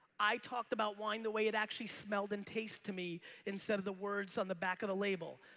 i talked about wine the way it actually smelled and taste to me instead of the words on the back of the label.